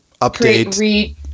update